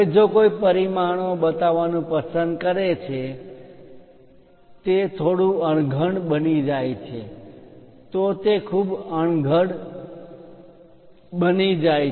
હવે જો કોઈ પરિમાણો બતાવવાનું પસંદ કરે છે તે થોડું અણઘડ બની જાય છે તો તે ખૂબ અણઘડ યોગ્ય ન લાગે તેવુ બની જાય છે